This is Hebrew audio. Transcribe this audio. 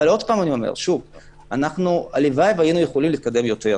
הלוואי שיכולנו להתקדם יותר.